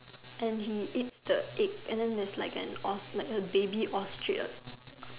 and he eats the egg and then there's like an os~ uh like a baby ostrich